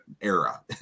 era